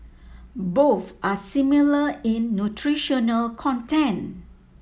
both are similar in nutritional content